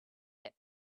that